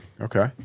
Okay